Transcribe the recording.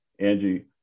Angie